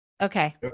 okay